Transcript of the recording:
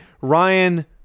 Ryan